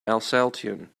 alsatian